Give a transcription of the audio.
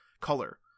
color